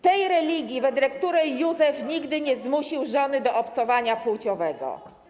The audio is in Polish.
Tej religii, wedle której Józef nigdy nie zmusił żony do obcowania płciowego?